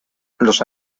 los